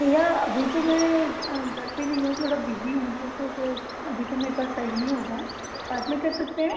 भैया अभी तो में घर पे नहीं हूं थोह्ड़ा बिजी हूं पर अभी तो मेरे पास टाईम निं होगा बाद में कर सकते हैं